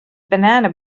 banana